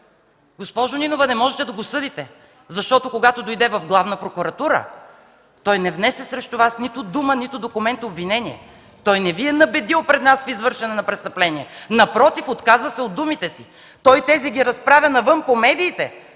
„Госпожо Нинова, не можете да го съдите, защото, когато дойде в Главна прокуратура, той не внесе срещу Вас нито дума, нито документ с обвинение. Той не Ви е набедил пред нас в извършване на престъпление. Напротив, отказа се от думите си. Той тези ги разправя навън по медиите,